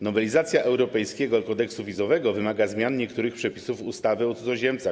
Nowelizacja europejskiego kodeksu wizowego wymaga zmian niektórych przepisów ustawy o cudzoziemcach.